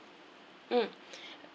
mm